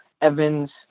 Evans